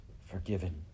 Forgiven